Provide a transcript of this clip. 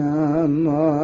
Namo